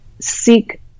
seek